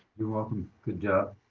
you're welcome. good job.